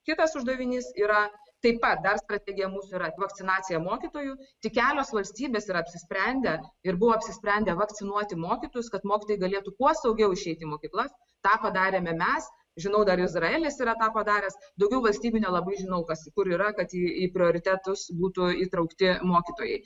kitas uždavinys yra taip pat dar strategija mūsų yra vakcinacija mokytojų tik kelios valstybės yra apsisprendę ir buvo apsisprendę vakcinuoti mokytojus kad mokytojai galėtų kuo saugiau išeiti į mokyklas tą padarėme mes žinau dar izraelis yra tą padaręs daugiau valstybių nelabai žinau kas kur yra kad į prioritetus būtų įtraukti mokytojai